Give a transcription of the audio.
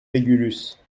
régulus